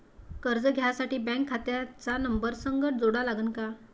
कर्ज घ्यासाठी बँक खात्याचा नंबर संग जोडा लागन का?